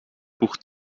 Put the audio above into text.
buch